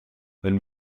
wenn